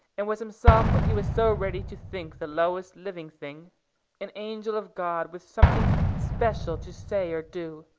and was himself what he was so ready to think the lowest living thing an angel of god with something special to say or do.